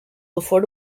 before